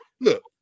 look